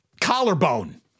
collarbone